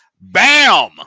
Bam